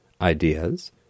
ideas